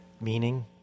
meaning